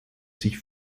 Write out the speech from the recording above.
sich